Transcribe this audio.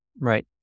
Right